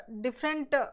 different